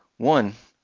one,